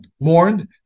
Mourned